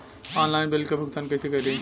Online bill क भुगतान कईसे करी?